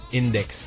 index